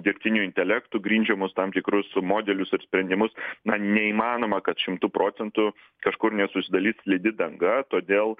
dirbtiniu intelektu grindžiamus tam tikrus modelius ir sprendimus na neįmanoma kad šimtu procentų kažkur nesusidarys slidi danga todėl